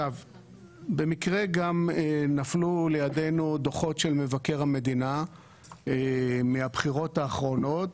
במקרה נפלו לידינו דוחות של מבקר המדינה מהבחירות האחרונות